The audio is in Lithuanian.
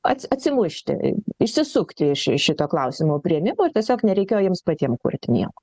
ats atsimušti išsisukti iš iš šito klausimo priėmimo ir tiesiog nereikėjo jiems patiem kurti nieko